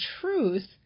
truth